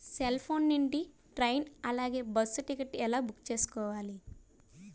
Cell phone నుండి train అలాగే bus ticket ఎలా బుక్ చేసుకోవాలి?